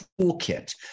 toolkit